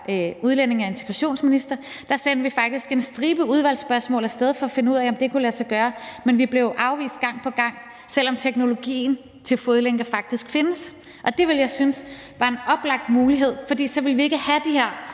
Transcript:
udlændinge- og integrationsminister, sendte vi faktisk en stribe udvalgsspørgsmål af sted for at finde ud af, om det kunne lade sig gøre, men vi blev afvist gang på gang, selv om teknologien til fodlænker faktisk findes. Det ville jeg synes var en oplagt mulighed, for så ville vi ikke have de her